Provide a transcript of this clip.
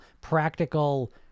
practical